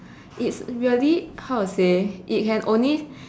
it's really how to say it can only